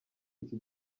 iki